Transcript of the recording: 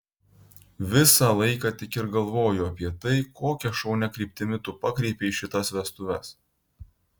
visą laiką tik ir galvoju apie tai kokia šaunia kryptimi tu pakreipei šitas vestuves